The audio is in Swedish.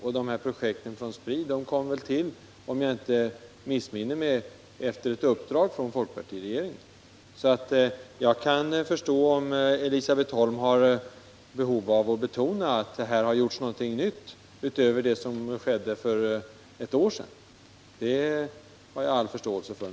Och projekten från Spri kom väl till, om jag inte missminner mig, efter ett uppdrag från folkpartiregeringen. Jag förstår om Elisabet Holm har behov av att betona, att det har gjorts en del utöver det som skedde för ett år sedan.